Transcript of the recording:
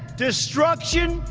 destruction,